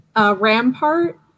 Rampart